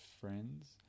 friends